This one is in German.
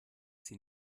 sie